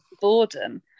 boredom